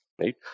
right